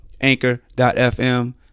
anchor.fm